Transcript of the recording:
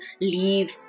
leave